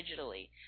digitally